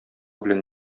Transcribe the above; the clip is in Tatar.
белән